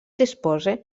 dispose